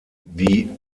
die